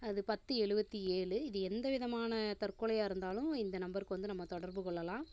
அது பத்து எழுபத்தி ஏழு இது எந்த விதமான தற்கொலையாக இருந்தாலும் இந்த நம்பருக்கு வந்து நம்ம தொடர்பு கொள்ளலாம்